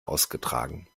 ausgetragen